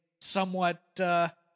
somewhat